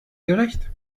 gerecht